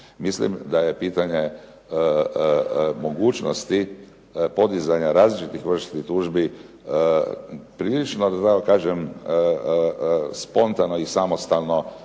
Mislim da je pitanje mogućnosti podizanja različitih vrsti tužbi prilično da tako kažem spontano i samostalno